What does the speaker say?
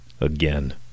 Again